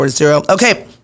Okay